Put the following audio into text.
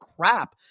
crap